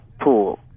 pool